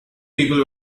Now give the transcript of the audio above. people